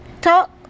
talk